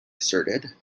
asserted